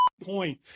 point